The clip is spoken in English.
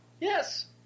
Yes